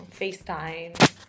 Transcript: FaceTime